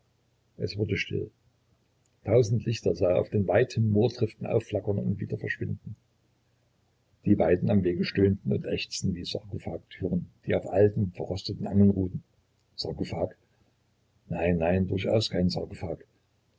es wurde still tausend lichter sah er auf den weiten moortriften aufflackern und wieder verschwinden die weiden am wege stöhnten und ächzten wie sarkophagtüren die auf alten verrosteten angeln ruhen sarkophag nein nein durchaus kein